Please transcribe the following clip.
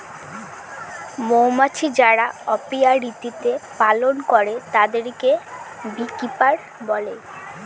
মৌমাছি যারা অপিয়ারীতে পালন করে তাদেরকে বী কিপার বলে